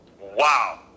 wow